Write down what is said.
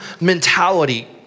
mentality